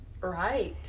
Right